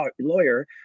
lawyer